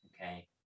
Okay